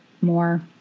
more